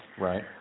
Right